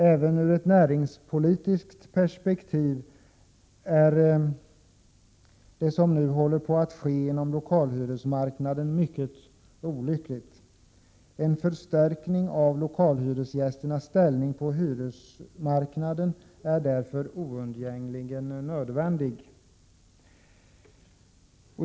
Även ur ett näringspolitiskt perspektiv är det som nu håller på att ske inom lokalhyresmarknaden mycket olyckligt. En förstärkning av lokalhyresgästernas ställning på hyresmarknaden är därför oundgängligen nödvändig.